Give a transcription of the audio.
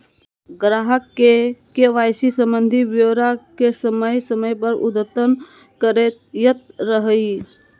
ग्राहक के के.वाई.सी संबंधी ब्योरा के समय समय पर अद्यतन करैयत रहइ